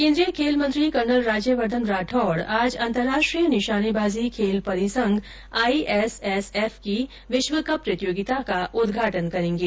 केन्द्रीय खेल मंत्री कर्नल राज्यवर्धन राठौड़ आज अंतर्राष्ट्रीय निशानेबाजी खेल परिसंघ आईएसएसएफ की विश्व कप प्रतियोगिता का उदघाटन करेंगे